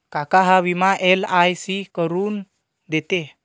काका हा विमा एल.आय.सी करून देते